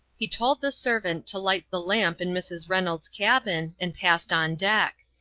he told the servant to light the lamp in mrs. reynolds' cabin, and passed on deck.